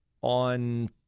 on